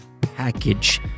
package